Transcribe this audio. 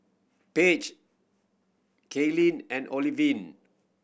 Paige Cayleen and Olivine